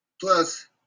Plus